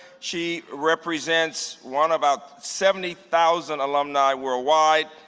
she represents one about seventy thousand alumni worldwide.